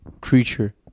creature